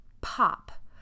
pop